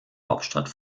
hauptstadt